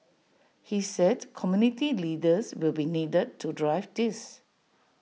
he said community leaders will be needed to drive this